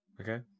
Okay